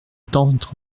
tante